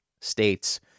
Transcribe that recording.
states